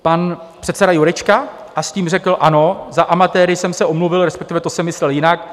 Pan předseda Jurečka a s tím (?) řekl: Ano, za amatéry jsem se omluvil, respektive to jsem myslel jinak.